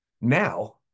now